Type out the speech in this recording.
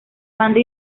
banda